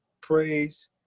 praise